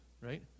right